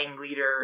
leader